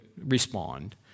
respond